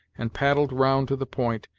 and paddled round to the point,